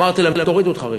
אמרתי להם: תורידו את חריש.